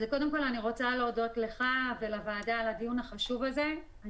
אני רוצה להודות לך ולוועדה על הדיון החשוב הזה.